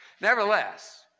Nevertheless